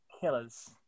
Killers